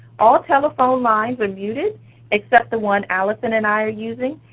all telephone lines are muted except the one alison and i are using,